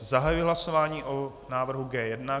Zahajuji hlasování o návrhu G1.